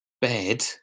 bed